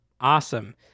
Awesome